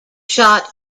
shot